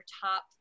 top